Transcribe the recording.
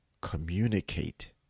communicate